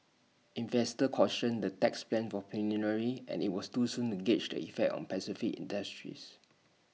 investors cautioned the tax plan were preliminary and IT was too soon to gauge the effect on specific industries